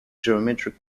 geometric